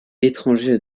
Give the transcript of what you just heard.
étranger